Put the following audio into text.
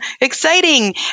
Exciting